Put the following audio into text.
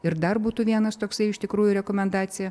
ir dar būtų vienas toksai iš tikrųjų rekomendacija